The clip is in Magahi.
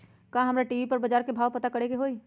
का हमरा टी.वी पर बजार के भाव पता करे के होई?